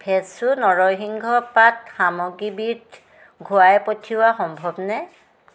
ফ্ৰেছো নৰসিংহ পাত সামগ্ৰীবিধ ঘূৰাই পঠিওৱা সম্ভৱনে